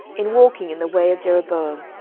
in walking in the way of jeroboam,